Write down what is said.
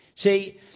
See